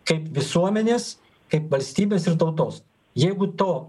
kaip visuomenės kaip valstybės ir tautos jeigu to